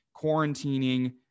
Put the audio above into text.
quarantining